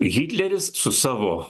hitleris su savo